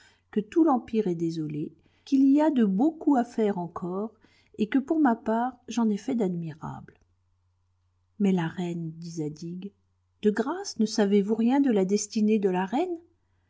que tout l'empire est désolé qu'il y a de beaux coups à faire encore et que pour ma part j'en ai fait d'admirables mais la reine dit zadig de grâce ne savez-vous rien de la destinée de la reine